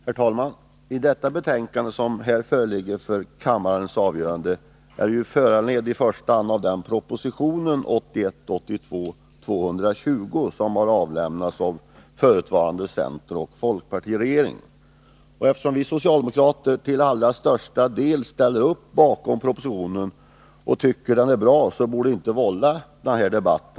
Herr talman! Det betänkande som föreligger för kammarens avgörande är i första hand föranlett av proposition 1981/82:220 från den förutvarande centeroch folkpartiregeringen. Eftersom vi socialdemokrater till allra största delen ställer oss bakom propositionen och tycker att den är bra, borde ärendet inte ha vållat så stor debatt.